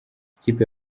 ikipe